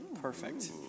Perfect